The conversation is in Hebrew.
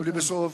ולבסוף,